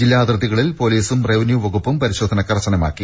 ജില്ലാ അതിർത്തികളിൽ പൊലിസും റവന്യു വകുപ്പും പരിശോധന കർശനമാക്കി